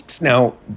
Now